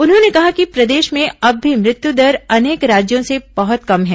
उन्होंने कहा कि प्रदेश में अब भी मृत्युदर अनेक राज्यों से बहुत कम है